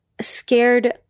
scared